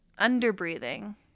underbreathing